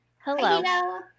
Hello